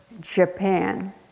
Japan